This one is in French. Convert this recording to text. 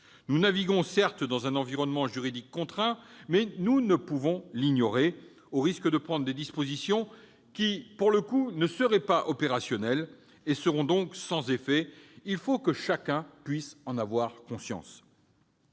Nous naviguons, certes, dans un environnement juridique contraint, mais nous ne pouvons pas l'ignorer, au risque de prendre des dispositions qui ne seraient pas opérationnelles et seraient donc sans effet. Il faut que tout le monde en ait conscience.